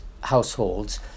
households